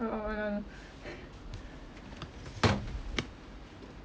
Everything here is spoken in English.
oh oh oh oh